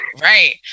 right